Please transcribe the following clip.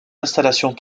installation